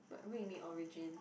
but what you mean origin